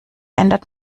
ändert